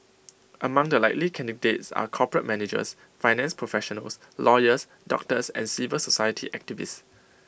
among the likely candidates are corporate managers finance professionals lawyers doctors and civil society activists